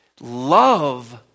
Love